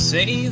Say